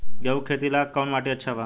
गेहूं के खेती ला कौन माटी अच्छा बा?